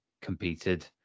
competed